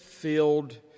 Filled